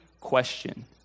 question